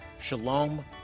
Shalom